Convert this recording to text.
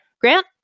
Grant